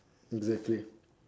exactly